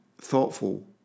thoughtful